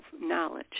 knowledge